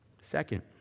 Second